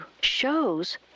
Shows